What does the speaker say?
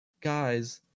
guys